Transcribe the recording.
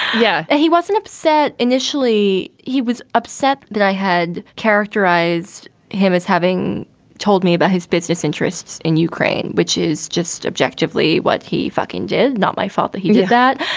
yeah. and he wasn't upset initially he was upset that i had characterized him as having told me about his business interests in ukraine, which is just objectively what he fucking did not my fault that he did that.